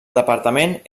departament